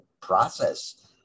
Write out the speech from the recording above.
process